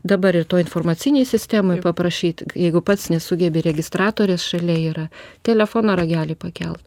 dabar ir toj informacinėj sistemoj paprašyt jeigu pats nesugebi registratorės šalia yra telefono ragelį pakelt